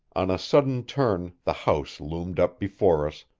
on a sudden turn the house loomed up before us,